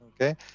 okay